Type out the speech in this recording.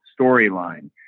storyline